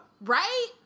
Right